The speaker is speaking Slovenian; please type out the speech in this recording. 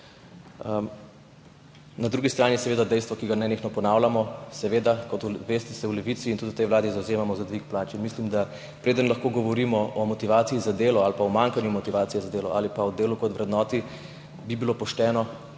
Na drugi strani je seveda dejstvo, ki ga nenehno ponavljamo, seveda, kot veste, se v Levici in tudi v tej vladi zavzemamo za dvig plač. Mislim, da preden lahko govorimo o motivaciji za delo ali pa o umanjkanju motivacije za delo ali pa o delu kot vrednoti, bi bilo pošteno,